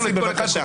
בבקשה.